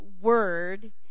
word